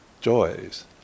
joys